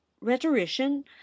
Rhetorician